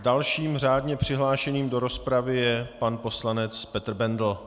Dalším řádně přihlášeným do rozpravy je pan poslanec Petr Bendl.